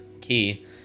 Key